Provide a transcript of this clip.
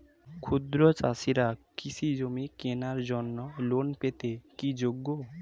ক্ষুদ্র চাষিরা কৃষিজমি কেনার জন্য লোন পেতে কি যোগ্য?